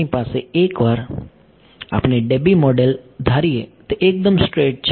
આપણી પાસે એકવાર આપણે Debye મોડેલ ધારીએ તે એકદમ સ્ટ્રેઇટ છે